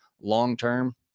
long-term